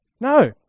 No